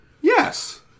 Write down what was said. Yes